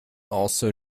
also